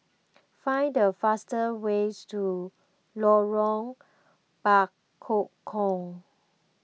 find the fastest way to Lorong Bekukong